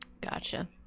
Gotcha